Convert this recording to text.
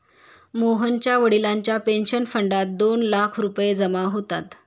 मोहनच्या वडिलांच्या पेन्शन फंडात दोन लाख रुपये जमा होतात